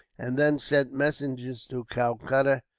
and then sent messengers to calcutta,